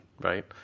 Right